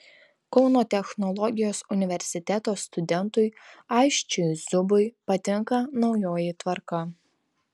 kauno technologijos universiteto studentui aisčiui zubui patinka naujoji tvarka